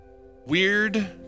weird